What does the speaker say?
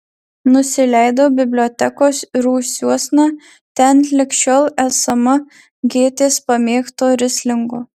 nusileidau bibliotekos rūsiuosna ten lig šiol esama gėtės pamėgto rislingo